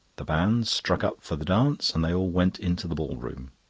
the band struck up for the dance, and they all went into the ball room.